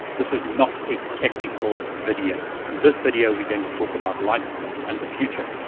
this is not a technical video. in this video we're going to talk about life and the future.